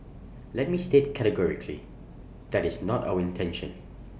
let me state categorically that is not our intention